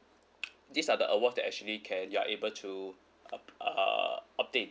these are the awards that actually can you're able to ob~ uh obtain